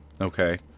Okay